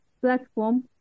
platform